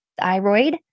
thyroid